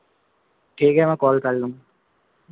ठीक है मैं कॉल कर लूँगा